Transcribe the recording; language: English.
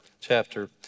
chapter